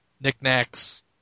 Knickknacks